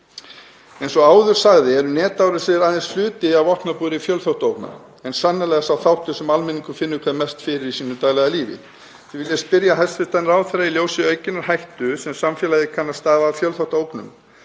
Eins og áður sagði eru netárásir aðeins hluti af vopnabúri fjölþáttaógna en sannarlega sá þáttur sem almenningur finnur hvað mest fyrir í sínu daglega lífi. Því vil ég spyrja hæstv. ráðherra, í ljósi aukinnar hættu sem samfélaginu kann að stafa af fjölþáttaógnum